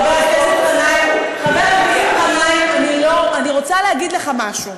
חבר הכנסת גנאים, אני רוצה להגיד לך משהו.